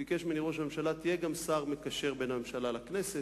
ביקש ממני ראש הממשלה: תהיה גם שר מקשר בין הממשלה לכנסת,